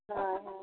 ᱦᱳᱭ ᱦᱳᱭ